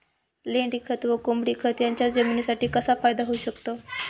लेंडीखत व कोंबडीखत याचा जमिनीसाठी कसा फायदा होऊ शकतो?